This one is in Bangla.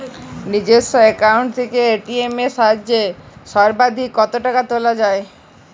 নিজস্ব অ্যাকাউন্ট থেকে এ.টি.এম এর সাহায্যে সর্বাধিক কতো টাকা তোলা যায়?